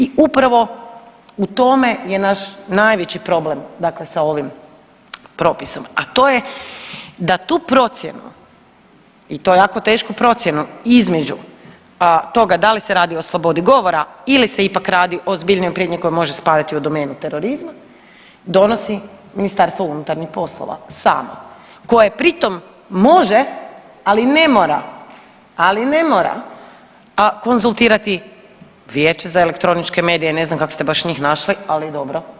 I upravo u tome je naš najveći problem, dakle sa ovim propisom, a to je da tu procjenu i to jako tešku procjenu između toga da li se radi o slobodi govora ili se ipak radi o ozbiljnijoj prijetnji koja može spadati u domenu terorizma donosi Ministarstvo unutarnjih poslova samo koje pri tome može, ali ne mora konzultirati Vijeće za elektroničke medije, ja ne znam kak' ste baš njih našli ali dobro.